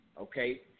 Okay